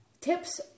tips